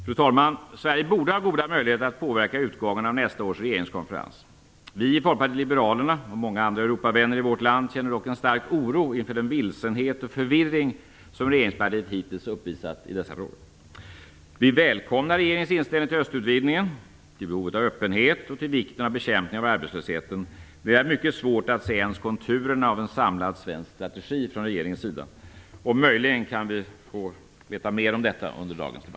Fru talman! Sverige borde ha goda möjligheter att påverka utgången av nästa års regeringskonferens. Vi i Folkpartiet liberalerna och många andra Europavänner i vårt land känner dock en stark oro inför den vilsenhet och förvirring som regeringspartiet hittills uppvisat i dessa frågor. Vi välkomnar regeringens inställning till östutvidgningen, till behovet av öppenhet och till vikten av bekämpning av arbetslösheten. Men vi har mycket svårt att se ens konturerna av en samlad svensk strategi från regeringens sida. Möjligen kan vi få veta mera om detta under dagens lopp.